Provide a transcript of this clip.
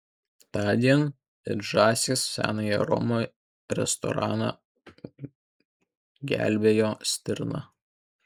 tądien it žąsys senąją romą restoraną gelbėjo stirna